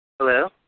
Hello